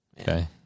Okay